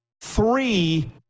Three